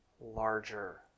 larger